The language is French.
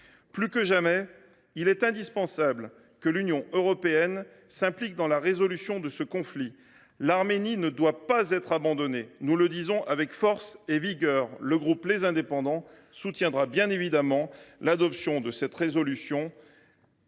Plus que jamais, il est indispensable que l’Union européenne s’implique dans la résolution de ce conflit. L’Arménie ne doit pas être abandonnée. Nous le disons avec force et vigueur. Le groupe Les Indépendants soutiendra bien évidemment l’adoption de cette proposition